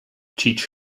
teach